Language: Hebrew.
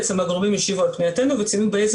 הגורמים השיבו על פיניתינו וציינו באיזה